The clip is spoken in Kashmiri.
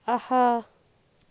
آہا